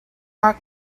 our